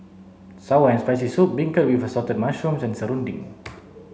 sour and spicy soup beancurd with assorted mushrooms and serunding